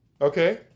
Okay